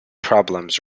problems